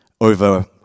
over